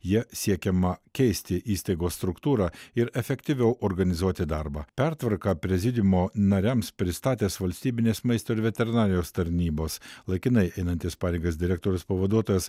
ja siekiama keisti įstaigos struktūrą ir efektyviau organizuoti darbą pertvarką prezidiumo nariams pristatęs valstybinės maisto ir veterinarijos tarnybos laikinai einantis pareigas direktoriaus pavaduotojas